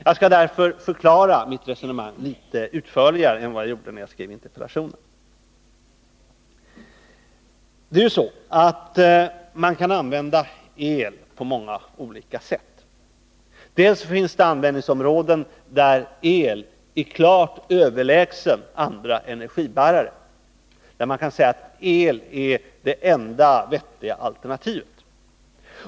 Jag skall därför förklara mitt resonemang litet utförligare än vad jag gjorde när jag skrev interpellationen. Det är ju så att man kan använda el på många olika sätt: dels finns det användningsområden där el är klart överlägsen andra energibärare eller där man kan säga att el är det enda vettiga alternativet.